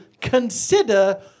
consider